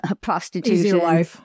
prostitution